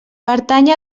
pertany